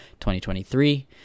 2023